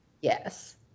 Yes